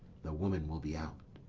the woman will be out